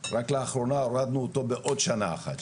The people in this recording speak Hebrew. רק לאחרונה הורדנו אותו בעוד שנה אחת,